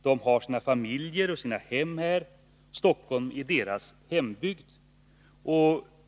De har sina familjer och sina hem här, och Stockholm är deras hembygd.